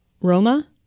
Roma